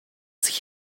sich